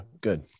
good